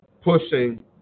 pushing